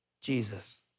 Jesus